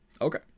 okay